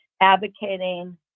advocating